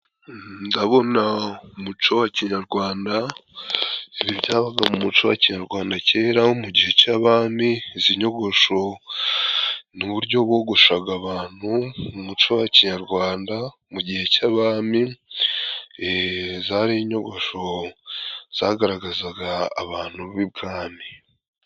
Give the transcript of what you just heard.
Ndabona umuco wa kinyarwanda, ibi byabaga mu muco wa kinyarwanda kera mu gihe cy'abami. Izi nyogosho ni uburyo bogoshaga abantu mu muco wa kinyarwanda mu gihe cy'abami, zari inyogosho zagaragazaga abantu b'ibwami